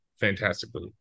fantastically